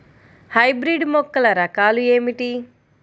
Hybrid మొక్కల రకాలు ఏమిటి?